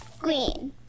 Green